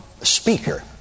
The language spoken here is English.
speaker